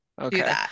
Okay